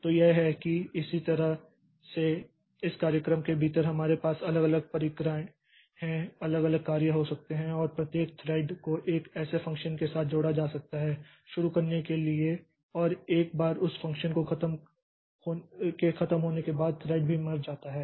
तो यह है कि इसी तरह से इस कार्यक्रम के भीतर हमारे पास अलग अलग प्रक्रियाएं या अलग अलग कार्य हो सकते हैं और प्रत्येक थ्रेड को एक ऐसे फ़ंक्शन के साथ जोड़ा जा सकता है शुरू करने के लिए और एक बार उस फ़ंक्शन के खत्म होने के बाद थ्रेड भी मर जाता है